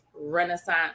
Renaissance